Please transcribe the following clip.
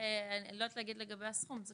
אני לא יודעת להגיד לגבי הסכום.